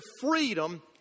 freedom